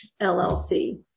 LLC